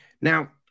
Now